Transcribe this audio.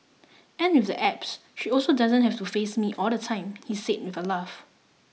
and with the apps she also doesn't have to face me all the time he said with a laugh